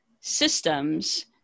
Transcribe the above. systems